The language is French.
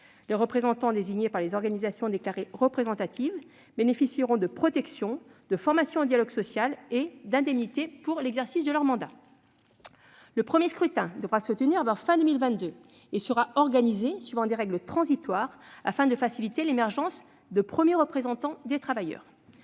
Les représentants désignés par les organisations déclarées représentatives bénéficieront de protections, de formation au dialogue social et d'indemnités pour l'exercice de leur mandat. Le premier scrutin devra se tenir avant la fin de l'année 2022 et sera organisé suivant des règles transitoires afin de faciliter l'émergence de premiers représentants des travailleurs.